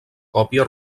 còpia